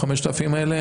ה-5,000 האלה,